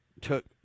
took